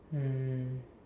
mm